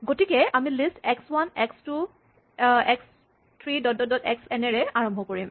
গতিকে আমি list x one x two dot dot x n ৰে আৰম্ভ কৰিম